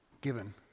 given